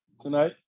tonight